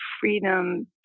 freedom